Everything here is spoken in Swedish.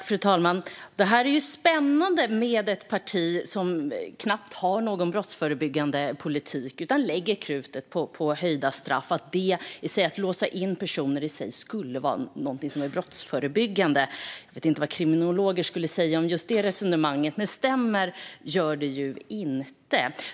Fru talman! Det är spännande med ett parti som knappt har någon brottsförebyggande politik utan lägger krutet på skärpta straff. Man menar att det i sig skulle vara brottsförebyggande att låsa in personer. Jag vet inte vad kriminologer skulle säga om det resonemanget, men stämmer gör det inte.